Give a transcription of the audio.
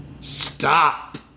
Stop